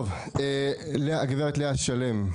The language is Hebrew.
הגברת לאה שלם,